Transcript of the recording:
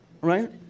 Right